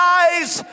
eyes